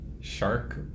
shark